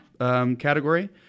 category